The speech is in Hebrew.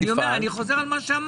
אני חוזר על מה שאמרת.